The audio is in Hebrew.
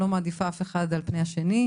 אני לא מעדיפה אף אחד על פני השני,